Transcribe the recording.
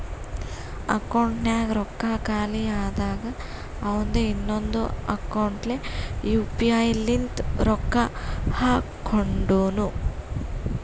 ಅಕೌಂಟ್ನಾಗ್ ರೊಕ್ಕಾ ಖಾಲಿ ಆದಾಗ ಅವಂದೆ ಇನ್ನೊಂದು ಅಕೌಂಟ್ಲೆ ಯು ಪಿ ಐ ಲಿಂತ ರೊಕ್ಕಾ ಹಾಕೊಂಡುನು